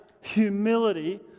Humility